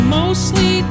mostly